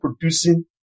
producing